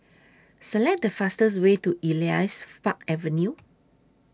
Select The fastest Way to Elias Fark Avenue